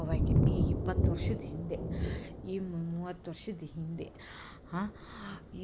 ಆವಾಗೆ ಈಗಿಪ್ಪತ್ತು ವರ್ಷದ ಹಿಂದೆ ಈ ಮೂವತ್ತು ವರ್ಷದ ಹಿಂದೆ ಹಾಂ